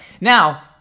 Now